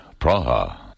Praha